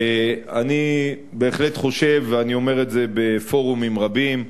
אני בהחלט חושב, ואני אומר את זה בפורומים רבים,